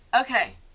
Okay